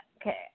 okay